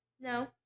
No